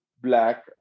black